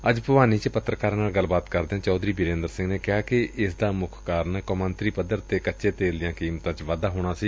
ਅੱਜ ਭਿਵਾਨੀ ਚ ਪੱਤਰਕਾਰਾਂ ਨਾਲ ਗੱਲਬਾਤ ਕਰਦਿਆਂ ਚੌਧਰੀ ਬੀਰੇਂਦਰ ਸਿੰਘ ਨੇ ਕਿਹਾ ਕਿ ਇਸ ਦਾ ਮੁੱਖ ਕਾਰਨ ਕੌਮਾਤਰੀ ਪੱਦਰ ਤੇ ਕੱਚੇ ਤੇਲ ਦੀਆਂ ਕੀਮਤਾਂ ਚ ਵਾਧਾ ਹੋਣਾ ਸੀ